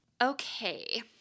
Okay